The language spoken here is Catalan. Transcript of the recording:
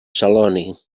celoni